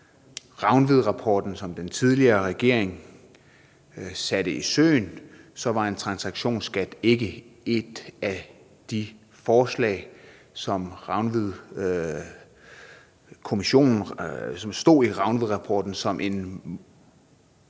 læser Rangvidrapporten, som den tidligere regering satte i søen, så var en transaktionsskat ikke et af de forslag, som stod i Rangvidrapporten som en god